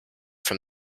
from